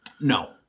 No